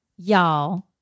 Y'all